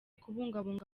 kubungabunga